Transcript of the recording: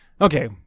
Okay